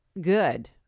good